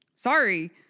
Sorry